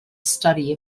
study